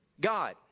God